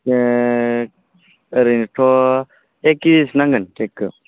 ओरैनोथ' एक केजिसो नांगोन केकखौ